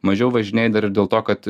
mažiau važinėji dar ir dėl to kad